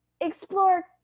explore